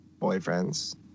boyfriends